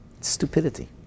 Stupidity